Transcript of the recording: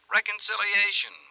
Reconciliation